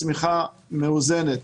צמיחה מאוזנת.